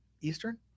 Eastern